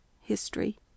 history